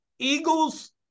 Eagles